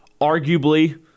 arguably